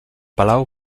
palau